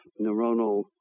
neuronal